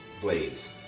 blades